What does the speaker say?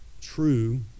true